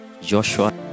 Joshua